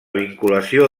vinculació